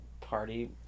party